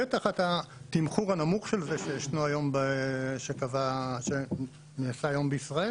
וזה תחת התמחור הנמוך שנעשה היום בישראל.